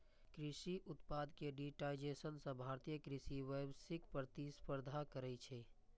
कृषि उत्पाद के डिजिटाइजेशन सं भारतीय कृषि वैश्विक प्रतिस्पर्धा कैर सकै छै